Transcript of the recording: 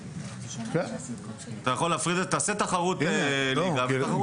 תעשה תחרות רגילה ותחרות...